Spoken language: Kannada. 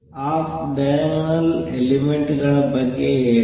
ಆಫ್ ಡೈಯಗನಲ್ ಎಲಿಮೆಂಟ್ ಗಳ ಬಗ್ಗೆ ಹೇಳಿ